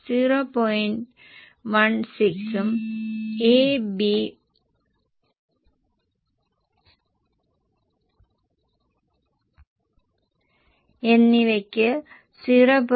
16 ഉം A B എന്നിവയ്ക്ക് 0